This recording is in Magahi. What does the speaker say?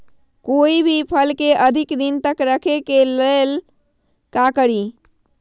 कोई भी फल के अधिक दिन तक रखे के ले ल का करी?